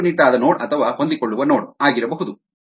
ಇದು ಕಟ್ಟುನಿಟ್ಟಾದ ನೋಡ್ ಅಥವಾ ಹೊಂದಿಕೊಳ್ಳುವ ನೋಡ್ ಆಗಿರಬಹುದು